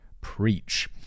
preach